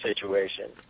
situation